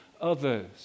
others